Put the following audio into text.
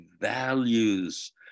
values